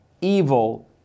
evil